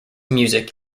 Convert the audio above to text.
music